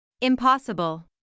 Impossible